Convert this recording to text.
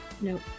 Nope